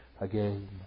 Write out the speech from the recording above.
again